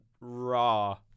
raw